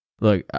Look